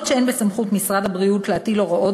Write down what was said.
אף-על-פי שאין בסמכות משרד הבריאות להטיל הוראות